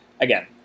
Again